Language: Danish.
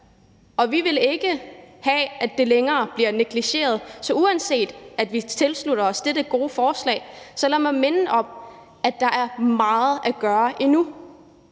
Og vi vil ikke have, at det bliver negligeret længere. Så uanset at vi tilslutter os dette gode forslag, så lad mig minde om, at der er meget at gøre endnu.